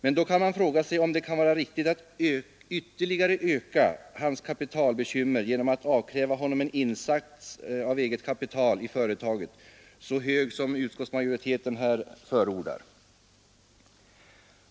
Men då kan man fråga sig om det kan vara riktigt att ytterligare öka hans kapitalbekymmer genom att avkräva honom en så hög insats av eget kapital i företaget som utskottsmajoriteten här förordar.